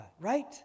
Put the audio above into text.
right